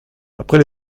après